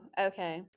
okay